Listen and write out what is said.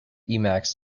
emacs